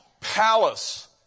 palace